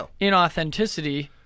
inauthenticity